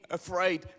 afraid